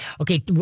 okay